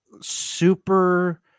super